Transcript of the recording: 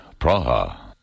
Praha